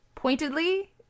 pointedly